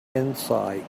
insight